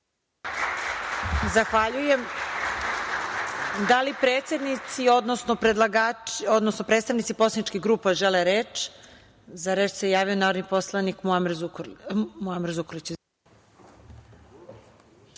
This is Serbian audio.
Zahvaljujem. Da li predsednici, odnosno predstavnici poslaničkih grupa žele reč? Za reč se javio narodni poslanik Muamer Zukorlić.